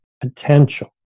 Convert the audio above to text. potential